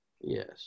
Yes